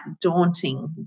daunting